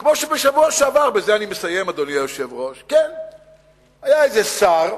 כמו שבשבוע שעבר היה איזה שר,